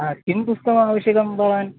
हा किं पुस्तकम् आवश्यकं भवान्